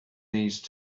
these